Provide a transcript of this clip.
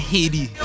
Haiti